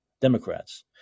Democrats